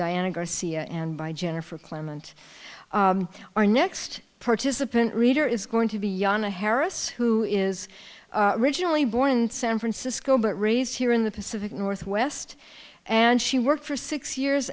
diana garcia and by jennifer clement our next participant reader is going to be yana harris who is originally born in san francisco but raised here in the pacific northwest and she worked for six years